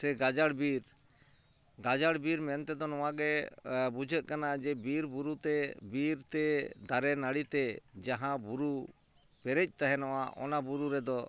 ᱥᱮ ᱜᱟᱡᱟᱲ ᱵᱤᱨ ᱜᱟᱡᱟᱲ ᱵᱤᱨ ᱢᱮᱱᱛᱮᱫᱚ ᱱᱚᱣᱟᱜᱮ ᱵᱩᱡᱷᱟᱹᱜ ᱠᱟᱱᱟ ᱡᱮ ᱵᱤᱨᱵᱩᱨᱩᱛᱮ ᱵᱤᱨᱛᱮ ᱫᱟᱨᱮ ᱱᱟᱲᱤᱛᱮ ᱡᱟᱦᱟᱸ ᱵᱩᱨᱩ ᱯᱮᱨᱮᱡ ᱛᱟᱦᱮᱱᱚᱜᱼᱟ ᱚᱱᱟ ᱵᱩᱨᱩ ᱨᱮᱫᱚ